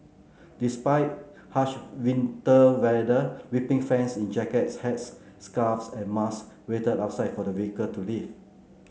despite harsh winter weather weeping fans in jackets hats scarves and masks waited outside for the vehicle to leave